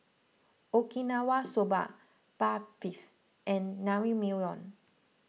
Okinawa Soba and Naengmyeon